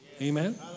Amen